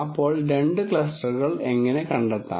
അപ്പോൾ രണ്ട് ക്ലസ്റ്ററുകൾ എങ്ങനെ കണ്ടെത്താം